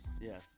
Yes